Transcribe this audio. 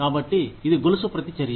కాబట్టి ఇది గొలుసు ప్రతి చర్య